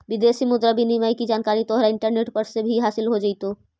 विदेशी मुद्रा विनिमय की जानकारी तोहरा इंटरनेट पर से भी हासील हो जाइतो